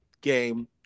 game